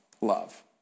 love